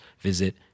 visit